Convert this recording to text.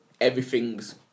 everything's